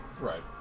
Right